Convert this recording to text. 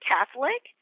Catholic